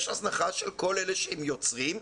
יש הזנחה של כל אלה שהם יוצרים,